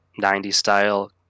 90s-style